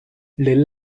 les